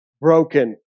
broken